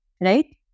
right